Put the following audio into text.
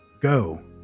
Go